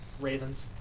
Ravens